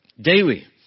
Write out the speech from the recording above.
Daily